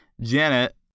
Janet